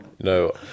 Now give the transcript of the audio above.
No